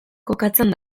kokatzen